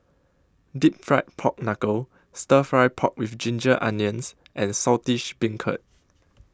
Deep Fried Pork Knuckle Stir Fry Pork with Ginger Onions and Saltish Beancurd